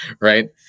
Right